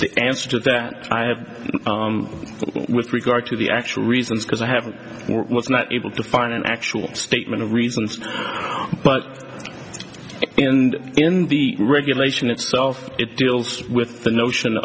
to answer that i have with regard to the actual reasons because i have was not able to find an actual statement of reasons but and in the regulation itself it deals with the notion